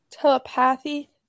telepathy